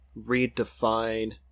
redefine